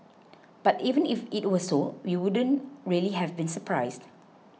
but even if it were so we wouldn't really have been surprised